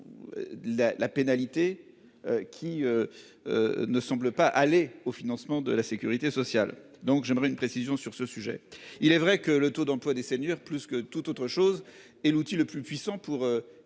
la pénalité. Qui. Ne semble pas aller au financement de la Sécurité sociale. Donc j'aimerais une précision sur ce sujet. Il est vrai que le taux d'emploi des seniors, plus que toute autre chose est l'outil le plus puissant pour essayer